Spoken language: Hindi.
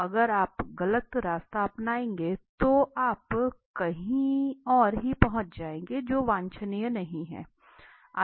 तो अगर आप गलत रास्ता अपनाएंगे तो आप कहीं और ही पहुंच जाएंगे जो वांछनीय नहीं है